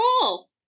cool